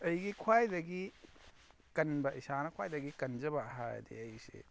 ꯑꯩꯒꯤ ꯈ꯭ꯋꯥꯏꯗꯒꯤ ꯀꯟꯕ ꯏꯁꯥꯅ ꯈ꯭ꯋꯥꯏꯗꯒꯤ ꯀꯟꯖꯕ ꯍꯥꯏꯔꯗꯤ ꯑꯩꯁꯦ